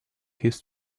his